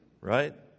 right